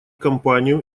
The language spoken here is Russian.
компанию